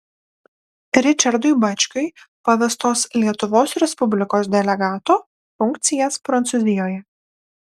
ričardui bačkiui pavestos lietuvos respublikos delegato funkcijas prancūzijoje